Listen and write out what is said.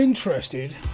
interested